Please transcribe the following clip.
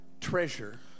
treasure